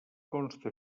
consta